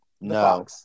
No